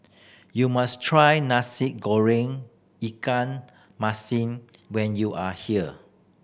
you must try Nasi Goreng ikan masin when you are here